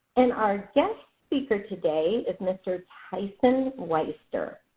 and our guest speaker today is mr. tyson weister.